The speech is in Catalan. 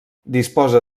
disposa